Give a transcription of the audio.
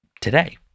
today